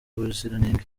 ubuziranenge